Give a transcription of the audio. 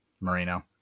Marino